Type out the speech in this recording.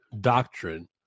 doctrine